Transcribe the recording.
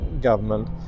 government